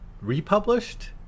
republished